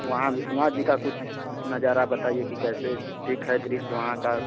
वहाँ विश्वनाथ जी का कुछ नजारा बताइए की कैसे ठीक है दृश्य वहाँ का